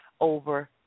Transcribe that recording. over